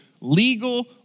legal